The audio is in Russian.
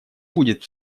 будет